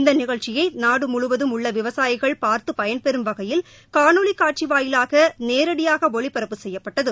இந்த நிகழ்ச்சியை நாடுமுழுவதும் உள்ள விவசாயிகள் பார்த்து பயன்பெறும் வகையில் காணொலிக்காட்சி வாயிலாக நேரடியாக ஒளிபரப்பு செய்யப்பட்டது